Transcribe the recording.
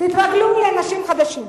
תתרגלו לאנשים חדשים.